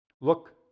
Look